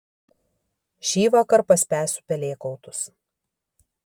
šįvakar paspęsiu pelėkautus